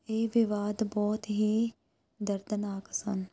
ਇਹ ਵਿਵਾਦ ਬਹੁਤ ਹੀ ਦਰਦਨਾਕ ਸਨ